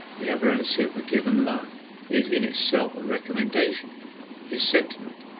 the aberrancy of a given love is in itself a recommendation his sentiment,